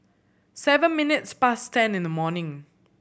seven minutes past ten in the morning